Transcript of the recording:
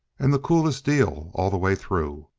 and the coolest deal all the way through.